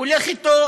הוא הולך אתו